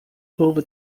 połowy